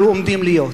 או עומדים להיות.